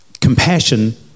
compassion